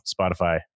Spotify